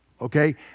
Okay